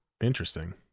Interesting